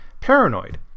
paranoid